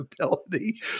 ability